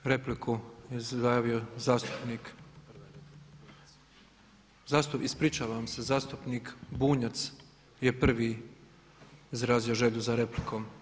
Za repliku se javio zastupnik, ispričavam se zastupnik Bunjac je prvi izrazio želju za replikom.